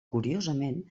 curiosament